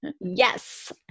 Yes